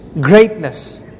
greatness